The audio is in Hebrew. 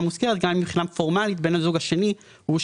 גם אם מבחינה פורמלית בן הזוג השני הוא זה